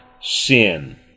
sin